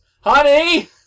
Honey